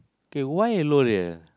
okay why L'oreal